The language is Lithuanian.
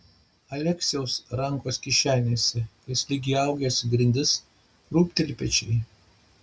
aleksiaus rankos kišenėse jis lyg įaugęs į grindis krūpteli pečiai